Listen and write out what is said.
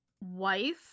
wife